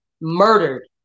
murdered